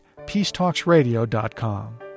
peacetalksradio.com